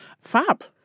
Fab